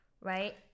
right